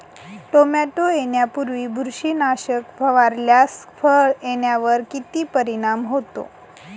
Tomato येण्यापूर्वी बुरशीनाशक फवारल्यास फळ येण्यावर किती परिणाम होतो?